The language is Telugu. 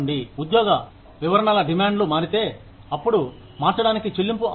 ఉద్యోగ వివరణల డిమాండ్లు మారితే అప్పుడుమార్చడానికి చెల్లింపు అవుతుంది